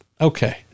Okay